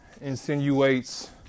insinuates